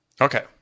Okay